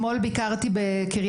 כחלק מהביקורים שלי, ביקרתי אתמול בקריית